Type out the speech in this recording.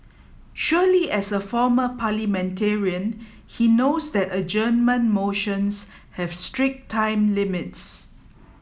surely as a former parliamentarian he knows that adjournment motions have strict time limits